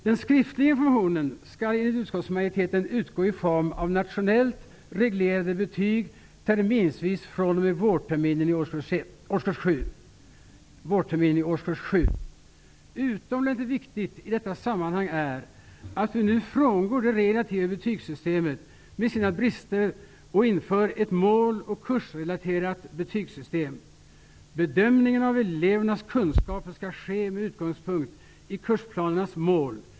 Den skriftliga informationen skall enligt utskottsmajoriteten utgå i form av nationellt reglerade betyg terminsvis fr.o.m. vårterminen i årskurs 7. Utomordentligt viktigt i detta sammanhang är att vi nu frångår det relativa betygssystemet med dess brister och inför ett måloch kursrelaterat betygssystem. Bedömningen av elevernas kunskaper skall ske med utgångspunkt i kursplanernas mål.